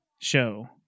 show